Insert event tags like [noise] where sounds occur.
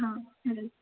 हां [unintelligible]